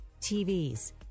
TVs